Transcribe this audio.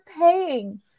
paying